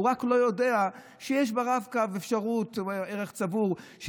הוא רק לא יודע שיש ברב קו אפשרות לערך צבור,